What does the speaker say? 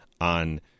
on